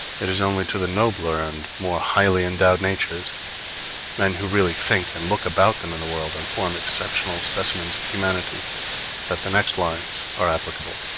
it is only to the nobler and more highly endowed natures men who really think and look about them in the world, and form exceptional specimens of humanity that the next lines are applicable